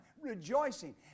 rejoicing